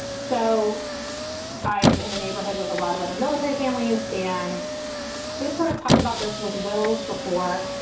so i'm in a neighborhood with a lot of other military families and we've sort of talked about this with wills before.